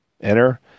enter